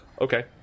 Okay